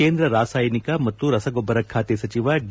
ಕೇಂದ್ರ ರಾಸಾಯನಿಕ ಮತ್ತು ರಸಗೊಬ್ಬರ ಖಾತೆ ಸಚಿವ ಡಿ